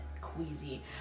queasy